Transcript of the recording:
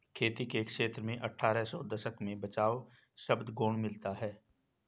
खेती के क्षेत्र में अट्ठारह सौ के दशक में बचाव शब्द गौण मिलता है